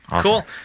Cool